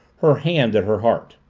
her hand at her heart.